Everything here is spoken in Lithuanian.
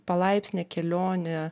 palaipsnė kelionė